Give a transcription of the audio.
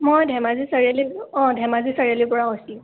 মই ধেমাজি চাৰিআলি অঁ ধেমাজি চাৰিআলিৰপৰা কৈছিলোঁ